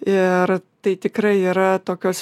ir tai tikrai yra tokios